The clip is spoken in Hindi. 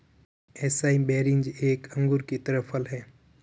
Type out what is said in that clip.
एसाई बेरीज एक अंगूर की तरह फल हैं